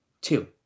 two